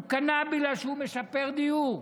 הוא קנה בגלל שהוא משפר דיור.